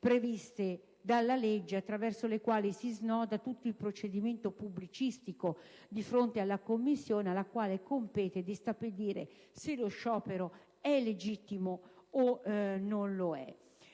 previste dalla legge attraverso le quali si snoda tutto il procedimento pubblicistico di fronte alla Commissione, alla quale compete di stabilire se lo sciopero è legittimo o non lo è.